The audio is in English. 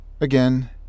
Again